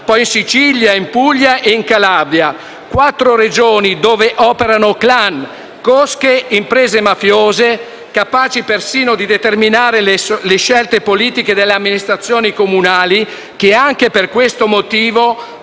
poi in Sicilia, in Puglia e in Calabria; quattro Regioni dove operano *clan*, cosche e imprese mafiose, capaci persino di determinare le scelte politiche delle amministrazioni comunali, che anche per questo motivo